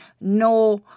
no